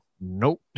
nope